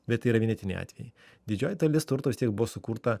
bet tai yra vienetiniai atvejai didžioji dalis turto vis tiek buvo sukurta